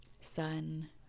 sun